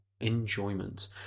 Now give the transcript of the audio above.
enjoyment